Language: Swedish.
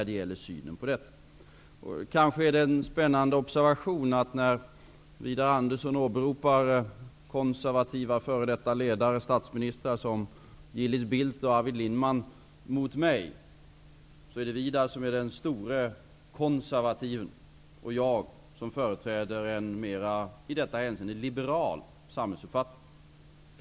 Det är en spännande observation att när Widar Andersson åberopar f.d. konservativa statsministrar som Gillis Bildt och Arvid Lindman mot mig, är det Widar Andersson som utgör den konservativa personen och jag företräder en mer i detta hänseende liberal samhällsuppfattning.